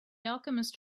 alchemist